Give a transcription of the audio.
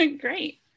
Great